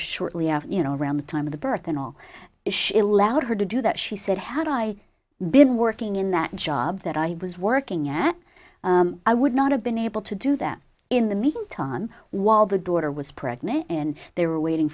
shortly after you know around the time of the birth and all shill out her to do that she said had i been working in that job that i was working at i would not have been able to do that in the meantime while the daughter was pregnant and they were waiting